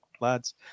lads